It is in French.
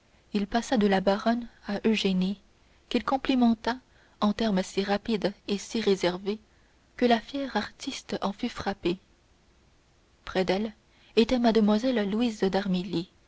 il passa de la baronne à eugénie qu'il complimenta en termes si rapides et si réservés que la fière artiste en fut frappée près d'elle était mlle louise